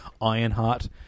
Ironheart